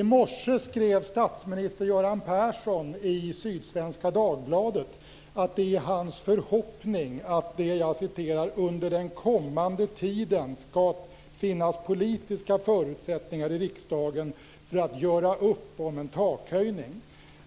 I Sydsvenska Dagbladet i dag skriver statsminister Göran Persson att det är hans förhoppning att det "under den kommande tiden ska finnas politiska förutsättningar i riksdagen för att göra upp om en takhöjning".